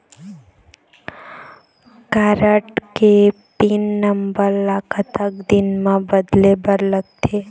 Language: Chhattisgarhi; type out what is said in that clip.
कारड के पिन नंबर ला कतक दिन म बदले बर लगथे?